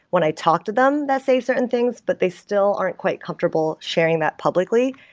when i talk to them that say certain things, but they still aren't quite comfortable sharing that publicly.